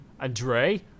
Andre